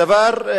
הדבר,